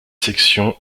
section